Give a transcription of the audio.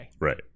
Right